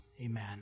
amen